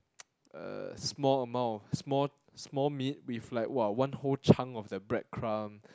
uh small amount of small small meat with like !wah! one whole chunk of the breadcrumb